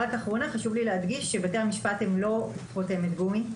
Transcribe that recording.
חשוב לי להדגיש שבתי המשפט הם לא חותמת גומי.